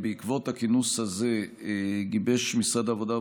בעקבות הכינוס הזה גיבש משרד העבודה,